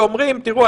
תראו,